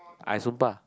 I sumpah